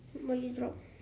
what you drop